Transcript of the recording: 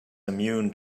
immune